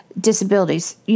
disabilities